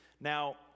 Now